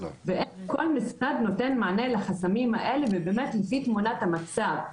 ואיך כל משרד נותן מענה לחסמים האלה ובאמת לפי תמונת המצב,